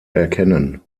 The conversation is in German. erkennen